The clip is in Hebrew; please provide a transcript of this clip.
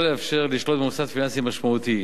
לא לאפשר לשלוט במוסד פיננסי משמעותי,